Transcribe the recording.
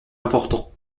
important